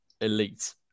elite